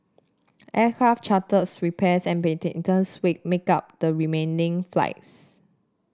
aircraft charters repairs and maintenance wake make up the remaining flights